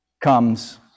comes